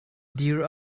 dir